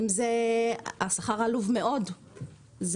שהוא עלוב מאוד,